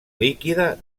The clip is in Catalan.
líquida